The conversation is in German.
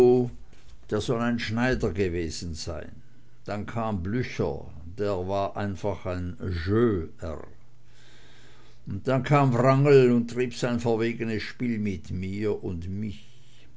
der soll ein schneider gewesen sein dann kam blücher der war einfach ein jeuer und dann kam wrangel und trieb sein verwegenes spiel mit mir und mich